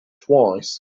twice